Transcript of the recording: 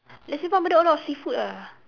the simpang-bedok a lot of seafood ah